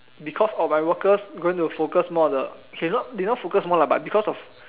because of my workers going to focus more on the okay not they not focus more lah but because of